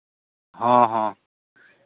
ᱦᱮᱸ ᱦᱮᱸ